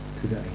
today